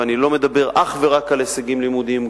ואני לא מדבר אך ורק על הישגים לימודיים,